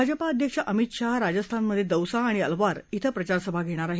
भाजपा अध्यक्ष अमित शहा राजस्थानमधे दौसा आणि अलवार श्वे प्रचारसभा घेणार आहेत